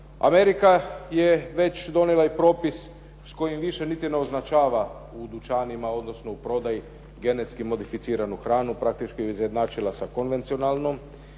Amerika je već donijela i propis s kojim više niti ne označava u dućanima, odnosno u prodaji genetski modificiranu hranu, praktički ju je izjednačila sa konvencionalnom.